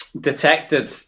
detected